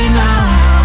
now